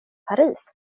paris